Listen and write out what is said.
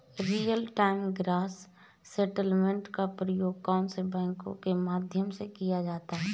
Real time gross settlement का प्रयोग कौन से बैंकों के मध्य किया जाता है?